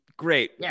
Great